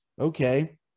Okay